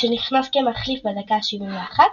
כשנכנס כמחליף בדקה ה-71,